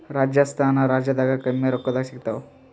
ರಾಜಸ್ಥಾನ ರಾಜ್ಯದಾಗ ಕಮ್ಮಿ ರೊಕ್ಕದಾಗ ಸಿಗತ್ತಾವಾ?